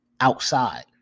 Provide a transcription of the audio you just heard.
outside